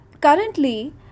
Currently